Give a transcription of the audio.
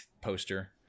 poster